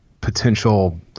potential